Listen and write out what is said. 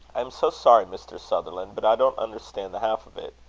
i am so sorry, mr. sutherland, but i don't understand the half of it.